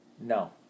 No